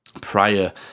prior